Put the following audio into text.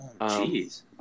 Jeez